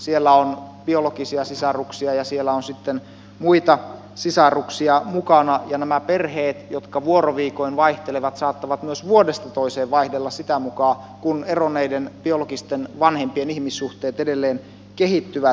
siellä on biologisia sisaruksia ja siellä on sitten muita sisaruksia mukana ja nämä perheet jotka vuoroviikoin vaihtelevat saattavat myös vuodesta toiseen vaihdella sitä mukaa kuin eronneiden biologisten vanhempien ihmissuhteet edelleen kehittyvät